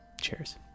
Cheers